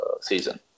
season